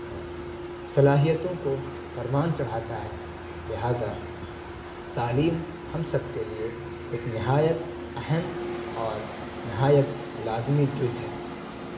صلاحیتوں کو پروان چڑھاتا ہے لہٰذا تعلیم ہم سب کے لیے ایک نہایت اہم اور نہایت لازمی جزء ہے